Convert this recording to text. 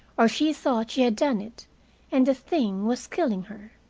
or she thought she had done it and the thing was killing her.